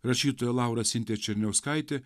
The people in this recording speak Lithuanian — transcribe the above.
rašytoja laura sintija černiauskaitė